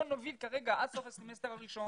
בואו נוביל כרגע עד סוף הסמסטר הראשון.